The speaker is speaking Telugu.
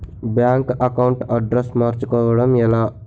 బ్యాంక్ అకౌంట్ అడ్రెస్ మార్చుకోవడం ఎలా?